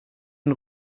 den